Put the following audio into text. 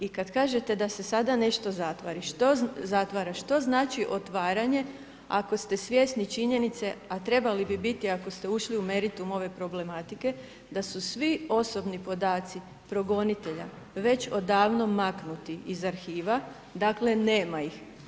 I kada kažete da se sada nešto zatvara, što znači otvaranje ako ste svjesni činjenice, a trebali bi biti ako ste ušli u meritum ove problematike, da su svi osobni podaci progonitelja već odavno maknuti iz arhiva, dakle nema ih.